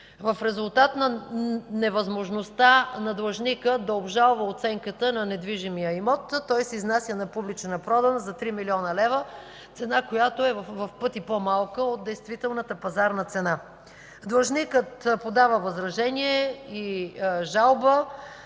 В резултат на невъзможността на длъжника да обжалва оценката на недвижимия имот той се изнася на публична продан за 3 млн. лв. – цена, която е в пъти по-малка от действителната пазарна цена. Длъжникът подава възражение и жалба,